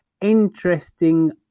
Interesting